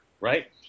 Right